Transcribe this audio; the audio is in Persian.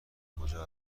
کجا